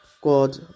God